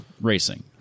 racing